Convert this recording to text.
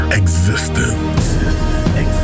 existence